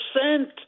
percent